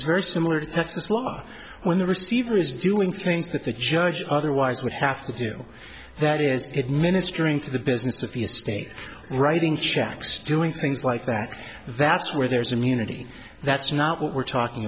very similar to texas law when the receiver is doing things that the judge otherwise would have to do that is it ministering to the business of the estate writing checks doing things like that that's where there's immunity that's not what we're talking